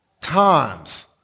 times